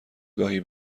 گاهی